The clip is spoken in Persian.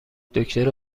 دکتر